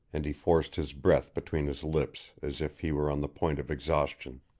and he forced his breath between his lips as if he were on the point of exhaustion.